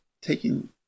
taking